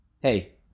hey